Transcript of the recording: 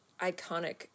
iconic